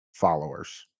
Followers